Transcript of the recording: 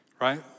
right